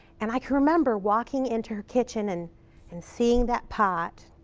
and i can remember walking into her kitchen and and seeing that pot,